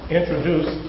introduce